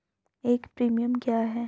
एक प्रीमियम क्या है?